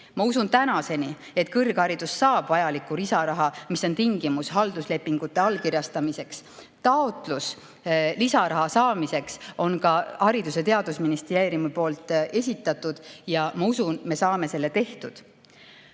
Ma usun tänaseni, et kõrgharidus saab vajaliku lisaraha, mis on tingimus halduslepingute allkirjastamiseks. Taotlus lisaraha saamiseks on ka Haridus‑ ja Teadusministeeriumi poolt esitatud ja ma usun, et me saame selle tehtud.